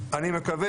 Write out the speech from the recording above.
אני מקווה,